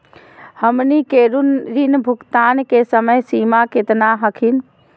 हमनी के ऋण भुगतान के समय सीमा केतना हखिन?